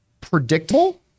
predictable